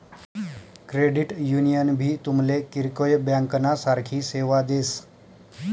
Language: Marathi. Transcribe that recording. क्रेडिट युनियन भी तुमले किरकोय ब्यांकना सारखी सेवा देस